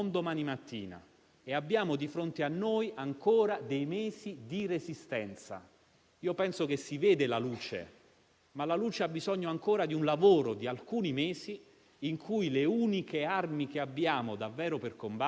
È l'arma più importante che abbiamo, è la pietra più preziosa del nostro sistema Paese. E ora arriva una straordinaria opportunità: è la lezione del Covid-19, cioè provare a riformarlo, a cambiarlo, a rafforzarlo,